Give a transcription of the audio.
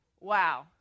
Wow